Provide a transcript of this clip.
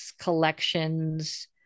collections